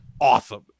awesome